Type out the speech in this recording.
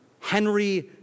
Henry